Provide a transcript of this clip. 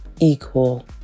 equal